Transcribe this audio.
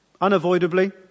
Unavoidably